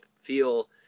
feel